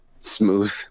Smooth